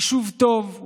יישוב טוב.